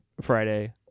Friday